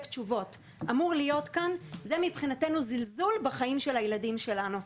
תשובות אמור להיות כאן זה מבחינתנו זלזול בחיים של הילדים שלנו.